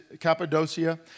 Cappadocia